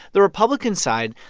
the republican side,